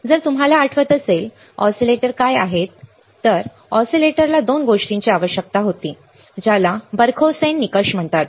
तर जर तुम्हाला आठवत असेल तर ऑसिलेटर काय आहेत आम्हाला माहित आहे की ऑसिलेटरला दोन गोष्टींची आवश्यकता होती ज्याला बरखौसेन निकष म्हणतात